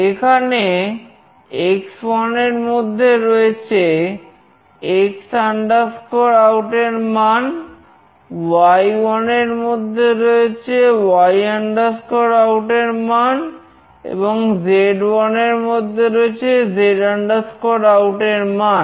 এখানে x1 এর মধ্যে রয়েছে X OUT এর মানy1 এর মধ্যে রয়েছে Y OUT এর মান এবং z1 এর মধ্যে রয়েছে Z OUT এর মান